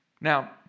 Now